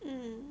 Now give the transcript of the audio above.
mm